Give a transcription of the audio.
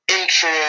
intro